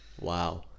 Wow